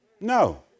No